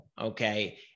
okay